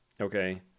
Okay